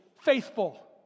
faithful